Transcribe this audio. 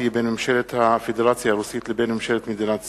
בין ממשלת הפדרציה הרוסית לבין ממשלת מדינת ישראל,